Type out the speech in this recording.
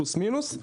פלוס מינוס.